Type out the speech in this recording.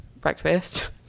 breakfast